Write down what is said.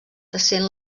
essent